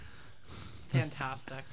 Fantastic